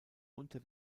unter